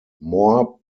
more